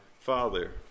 Father